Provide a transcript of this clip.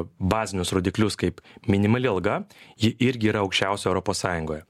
bazinius rodiklius kaip minimali alga ji irgi yra aukščiausia europos sąjungoje